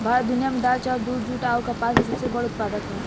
भारत दुनिया में दाल चावल दूध जूट आउर कपास के सबसे बड़ उत्पादक ह